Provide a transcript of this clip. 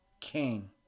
king